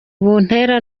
buntera